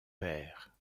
père